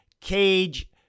Cage